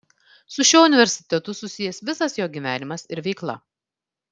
su šiuo universitetu susijęs visas jo gyvenimas ir veikla